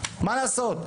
מה לעשות.